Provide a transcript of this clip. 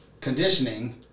conditioning